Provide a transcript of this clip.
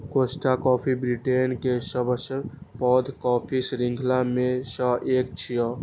Costa coffee Britain के सबसं पैघ कॉफी शृंखला मे सं एक छियै